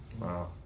wow